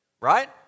Right